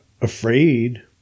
afraid